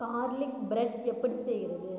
garlic bread எப்படி செய்வது